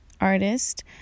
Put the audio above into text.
artist